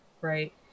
right